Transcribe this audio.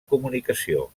comunicació